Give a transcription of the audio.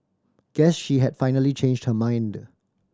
guess she had finally changed her mind